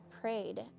prayed